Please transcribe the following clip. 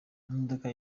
imodoka